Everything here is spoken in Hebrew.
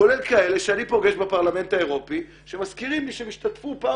כולל כאלה שאני פוגש בפרלמנט האירופאי שמזכירים לי שהם השתתפו כשפעם